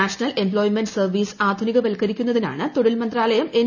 national employment service ആധുനികവത്കരിക്കുന്നതിനാണ് തൊഴിൽ മന്ത്രാലയം എൻ